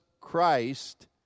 Christ